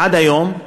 עד היום,